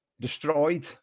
destroyed